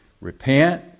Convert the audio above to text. Repent